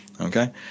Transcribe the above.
okay